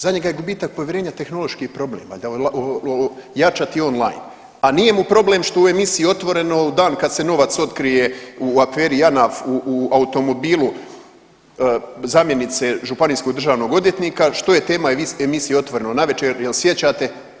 Za njega je gubitak povjerenja tehnološki problem, ojačati online a nije mu problem što u emisiji Otvoreno, u dan kad se novac otkrije u aferi Janaf u automobilu zamjenice županijskog državnog odvjetnika, što je tema emisije Otvoreno navečer, jel se sjećate?